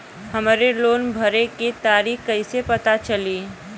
हमरे लोन भरे के तारीख कईसे पता चली?